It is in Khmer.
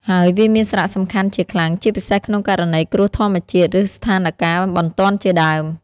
ហើយវាមានសារៈសំខាន់ជាខ្លាំង ជាពិសេសក្នុងករណីគ្រោះធម្មជាតិ ឬស្ថានការណ៍បន្ទាន់ជាដើម។